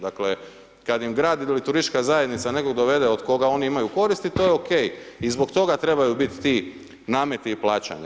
Dakle, kad im grad ili turistička zajednica nekog dovede od koga oni imaju koristi to je OK i zbog toga trebaju biti ti nameti i plaćanja.